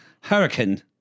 Hurricane